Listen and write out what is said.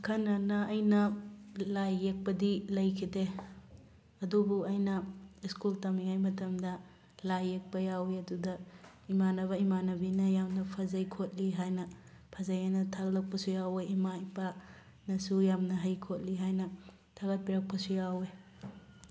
ꯑꯈꯟꯅꯅ ꯑꯩꯅ ꯂꯥꯏ ꯌꯦꯛꯄꯗꯤ ꯂꯩꯈꯤꯗꯦ ꯑꯗꯨꯕꯨ ꯑꯩꯅ ꯁ꯭ꯀꯨꯜ ꯇꯝꯃꯤꯉꯩ ꯃꯇꯃꯗ ꯂꯥꯏ ꯌꯦꯛꯄ ꯌꯥꯎꯋꯤ ꯑꯗꯨꯗ ꯏꯃꯥꯟꯅꯕ ꯏꯃꯥꯟꯅꯕꯤꯅ ꯌꯥꯝꯅ ꯐꯖꯩ ꯈꯣꯠꯂꯤ ꯍꯥꯏꯅ ꯐꯖꯩ ꯍꯥꯏꯅ ꯊꯥꯒꯠꯂꯛꯄꯁꯨ ꯌꯥꯎꯋꯦ ꯏꯝꯥ ꯏꯄꯥ ꯅꯁꯨ ꯌꯥꯝꯅ ꯍꯩ ꯈꯣꯠꯂꯤ ꯍꯥꯏꯅ ꯊꯥꯒꯠꯄꯤꯔꯛꯄꯁꯨ ꯌꯥꯎꯋꯦ